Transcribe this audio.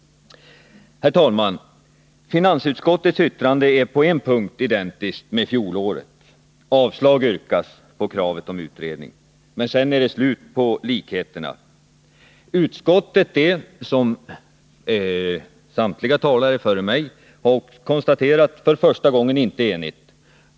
Herr talman! Finansutskottets yttrande är på en punkt identiskt med fjolårets: Kravet på utredning avstyrks. Men sedan är det slut på likheterna. Utskottet är — som samtliga talare före mig har konstaterat — för första gången inte enigt.